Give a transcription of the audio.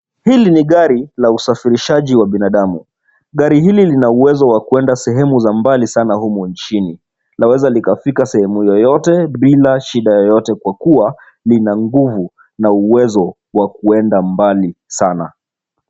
Hili ni gari la usafirishaji wa binadamu. Gari hili lina uwezo wa kuenda sehemu za mbali sana humu nchini. Laweza likafika sehemu yoyote bila shida yoyote kwa kuwa lina nguvu na uwezo wa kuenda mbali sana.